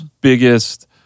biggest